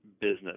business